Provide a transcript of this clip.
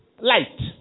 light